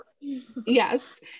yes